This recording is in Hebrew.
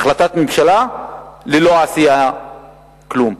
החלטת ממשלה ללא עשייה, כלום.